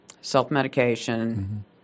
self-medication